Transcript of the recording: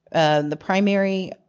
and the primary.